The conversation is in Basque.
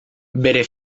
bere